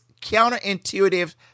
counterintuitive